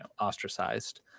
ostracized